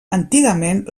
antigament